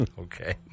Okay